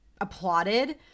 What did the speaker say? applauded